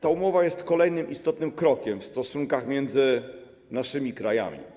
Ta umowa jest kolejnym istotnym krokiem w stosunkach między naszymi krajami.